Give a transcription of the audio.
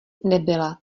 nebyla